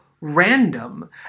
random